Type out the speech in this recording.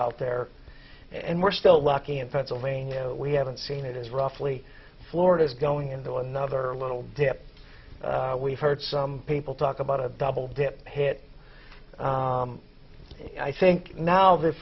out there and we're still locking in pennsylvania we haven't seen it is roughly florida's going into another little dip we've heard some people talk about a double dip it i think now that